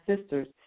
sisters